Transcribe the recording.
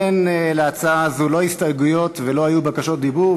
אין להצעה הזאת לא הסתייגויות ולא היו בקשות דיבור,